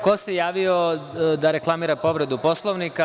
Ko se javio da reklamira povredu Poslovnika?